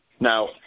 Now